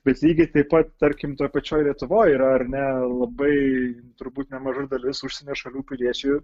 bet lygiai taip pat tarkim toj pačioj lietuvoj yra ar ne labai turbūt nemaža dalis užsienio šalių piliečių